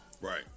Right